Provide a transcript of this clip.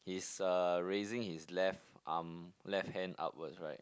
he's uh raising his left arm left hand upwards right